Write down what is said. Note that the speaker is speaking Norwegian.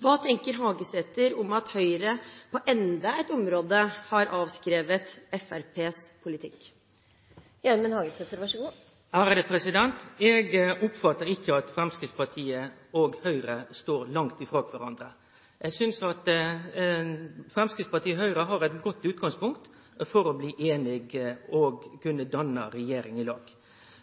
Hva tenker Hagesæter om at Høyre på enda et område har avskrevet Fremskrittspartiets politikk? Eg oppfattar ikkje at Framstegspartiet og Høgre står langt frå kvarandre. Eg synest at Framstegspartiet og Høgre har eit godt utgangspunkt for å bli einige og kunne danne regjering i lag.